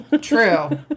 True